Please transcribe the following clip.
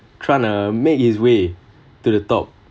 trying to make his way to the top